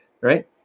right